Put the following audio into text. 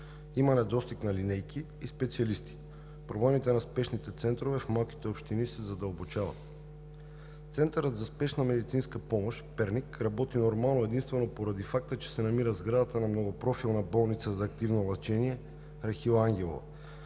Има недостиг на линейки и специалисти, пробойните на Спешните центрове в малките общини се задълбочават. Центърът за спешна медицинска помощ в Перник работи нормално единствено поради факта, че се намира в сградата на Многопрофилната болница за активно лечение „Рахила Ангелова“.